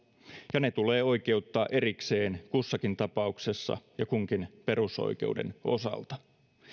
ja ne tulee oikeuttaa erikseen kussakin tapauksessa ja kunkin perusoikeuden osalta